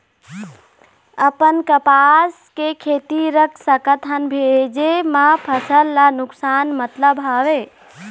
अपन कपास के खेती रख सकत हन भेजे मा फसल ला नुकसान मतलब हावे?